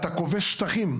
אתה כובש שטחים,